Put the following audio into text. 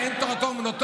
אין דבר כזה תורתו אומנתו.